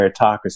meritocracy